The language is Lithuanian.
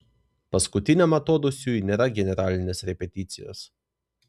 paskutiniam atodūsiui nėra generalinės repeticijos